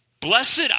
Blessed